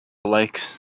lake